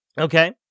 Okay